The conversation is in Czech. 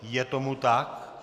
Je tomu tak.